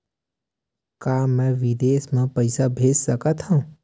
का मैं विदेश म पईसा भेज सकत हव?